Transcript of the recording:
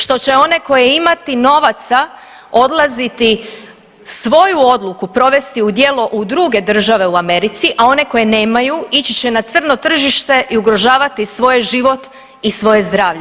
Što će one koje imati novaca odlaziti svoju odluku provesti u djelo u druge države u Americi, a one koje nemaju ići će na crno tržište i ugrožavati svoj život i svoje zdravlje.